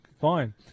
Fine